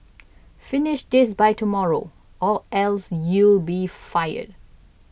finish this by tomorrow or else you'll be fired